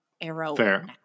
arrow